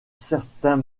certains